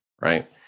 right